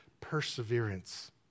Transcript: perseverance